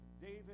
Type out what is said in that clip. David